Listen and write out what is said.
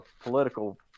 political